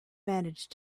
managed